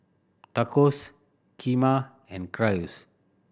Tacos Kheema and Gyros